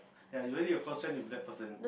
like you are already a close friend with that person